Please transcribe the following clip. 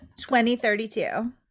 2032